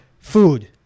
Food